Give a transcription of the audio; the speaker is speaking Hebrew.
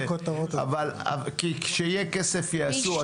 אין בעיה שבכותרות --- כי כשיהיה כסף יעשו.